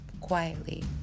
quietly